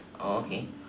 okay